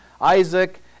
Isaac